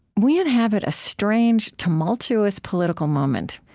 we inhabit a strange, tumultuous political moment.